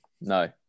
No